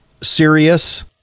serious